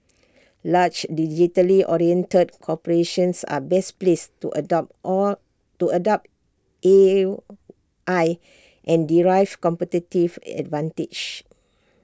large digitally oriented corporations are best placed to adopt all to adopt A I and derive competitive advantage